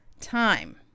time